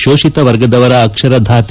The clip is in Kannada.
ಶೋಷಿತ ವರ್ಗದವರ ಅಕ್ಷರಧಾತೆ